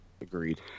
Agreed